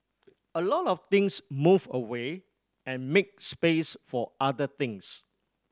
a lot of things move away and make space for other things